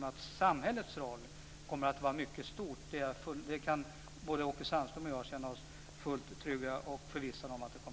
Men att samhällets roll kommer att förbli mycket stor kan både Åke Sandström och jag känna oss förvissade om.